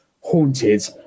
haunted